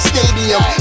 Stadium